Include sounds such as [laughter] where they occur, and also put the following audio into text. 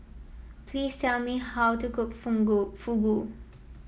please tell me how to cook [unintelligible] Fugu